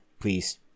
please